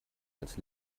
als